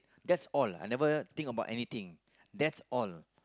that's all I never think about anything that's all